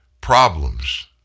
problems